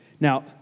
Now